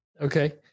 Okay